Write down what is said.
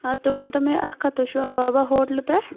آ تُہُۍ ؤنتو مےٚ اَکھ کَتھ تُہۍ چھِوا بابا ہوٹلہٕ پٮ۪ٹھ